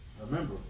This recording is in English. Remember